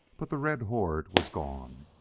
but the red horde was gone.